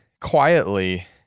quietly